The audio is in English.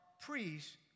priests